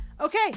okay